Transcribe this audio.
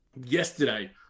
yesterday